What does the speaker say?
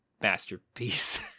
masterpiece